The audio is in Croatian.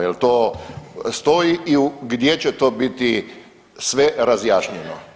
Jel to stoji i gdje će to biti sve razjašnjeno.